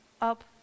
up